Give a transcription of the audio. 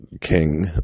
King